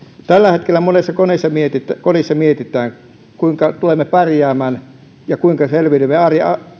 tällä hetkellä monessa kodissa mietitään kodissa mietitään kuinka tullaan pärjäämään ja kuinka selviydytään